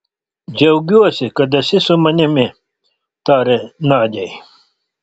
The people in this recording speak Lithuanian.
džiaugiuosi kad esi su manimi tarė nadiai